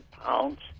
pounds